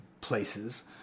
places